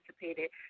participated